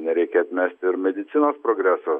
nereikia atmesti ir medicinos progreso